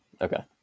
Okay